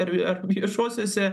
ar ar viešosiose